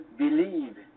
believe